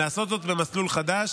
לעשות זאת במסלול חדש,